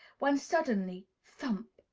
when suddenly, thump!